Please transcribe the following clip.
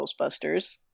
Ghostbusters